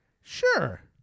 Sure